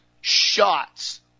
shots